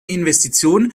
investition